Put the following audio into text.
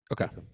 Okay